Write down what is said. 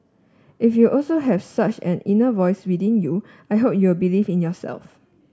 if you also have such an inner voice within you I hope you'll believe in yourself